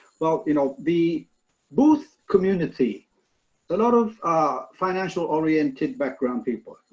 well, you know, the booth community, a lot of financial-oriented background people,